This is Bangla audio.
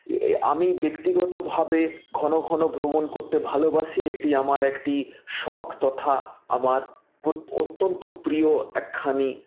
আমি ব্যক্তিগতভাবে ঘনঘন ভ্রমণ করতে ভালোবাসি এটি আমার একটি শখ তথা আমার অত্যন্ত প্রিয় একখানি